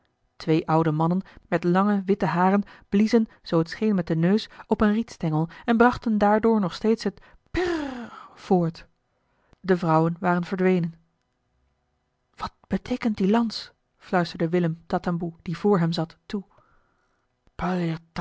twee oude mannen met lange witte haren bliezen zoo het scheen met den neus op een rietstengel en brachten daardoor nog steeds het pirrrrrrrrr voort de vrouwen waren verdwenen wat beteekent die lans fluisterde willem tatamboe die vr hem zat toe